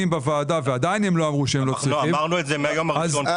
בוועדה ועדיין לא אמרו שלא צריכים- - אמרנו את זה מהיום הראשון.